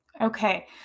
Okay